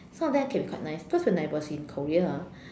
some of them can be quite nice because when I was in Korea ah